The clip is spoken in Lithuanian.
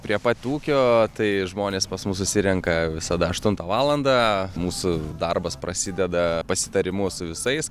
prie pat ūkio tai žmonės pas mus susirenka visada aštuntą valandą mūsų darbas prasideda pasitarimu su visais